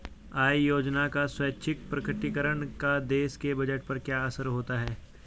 आय योजना का स्वैच्छिक प्रकटीकरण का देश के बजट पर क्या असर होता है?